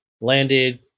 Landed